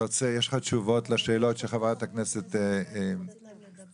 יש לך תשובות לשאלות שחברת הכנסת מלקו שאלה?